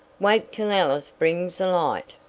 wait till alice brings a light,